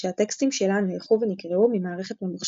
שהטקסטים שלה נערכו ונקראו ממערכת ממוחשבת.